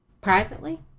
Privately